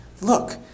Look